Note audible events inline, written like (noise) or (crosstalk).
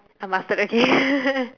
uh mustard okay (laughs)